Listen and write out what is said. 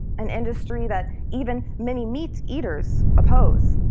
an industry that even many meat-eaters oppose,